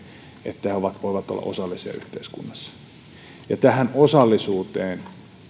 että he voivat olla osallisia yhteiskunnassa nimenomaan tähän osallisuuteen